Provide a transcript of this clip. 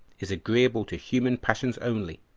is agreeable to human passions only,